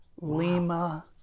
Lima